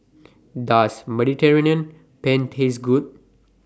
Does Mediterranean Penne Taste Good